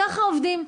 ככה עובדים.